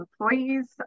employees